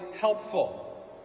helpful